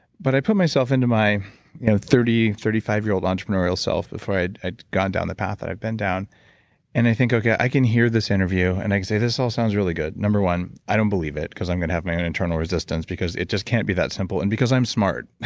but i put myself into my you know thirty, thirty five year old entrepreneurial self before i'd i'd gone down the path that i've been down and i think, okay, i can hear this interview and i can say this all sounds really good. number one, i don't believe it because i'm going to have my own internal resistance because it just can't be that simple and because i'm smart.